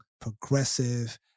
progressive